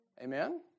Amen